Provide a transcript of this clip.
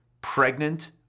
pregnant